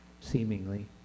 seemingly